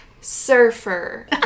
surfer